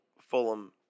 Fulham